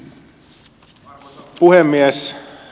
arvoisa puhemies